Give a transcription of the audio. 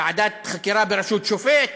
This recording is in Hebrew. ועדת חקירה בראשות שופט,